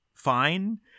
fine